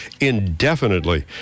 indefinitely